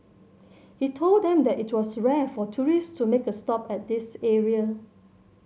he told them that it was rare for tourist to make a stop at this area